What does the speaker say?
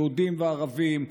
יהודים וערבים,